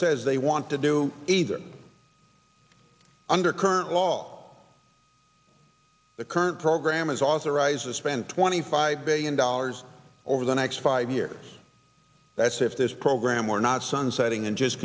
says they want to do either under current law the current program is authorized to spend twenty five billion dollars over the next five years that's if this program were not sunsetting and just